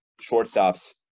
shortstops